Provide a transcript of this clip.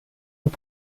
und